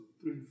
three